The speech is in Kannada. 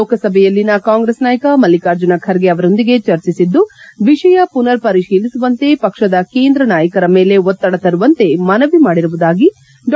ಲೋಕಸಭೆಯಲ್ಲಿನ ಕಾಂಗ್ರೆಸ್ ನಾಯಕ ಮಲ್ಲಿಕಾರ್ಜುನ ಖರ್ಗೆ ಅವರೊಂದಿಗೆ ಚರ್ಚಿಸಿದ್ದು ವಿಷಯ ಮನರ್ ಪರಿಶೀಲಿಸುವಂತೆ ಪಕ್ಷದ ಕೇಂದ್ರ ನಾಯಕರ ಮೇಲೆ ಒತ್ತಡ ತರುವಂತೆ ಮನವಿ ಮಾಡಿರುವುದಾಗಿ ಡಾ